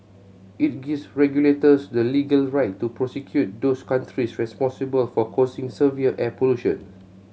it gives regulators the legal right to prosecute those countries responsible for causing severe air pollution